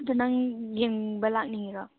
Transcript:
ꯑꯗꯨ ꯅꯪ ꯌꯦꯡꯕ ꯂꯥꯛꯅꯤꯡꯏꯔꯣ